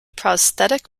prosthetic